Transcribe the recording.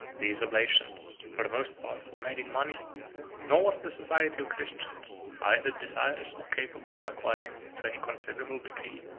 these oblations, for the most part, were made in money nor was the society of christians either desirous or capable of acquiring, to any considerable degree,